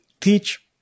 teach